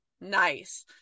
nice